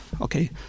okay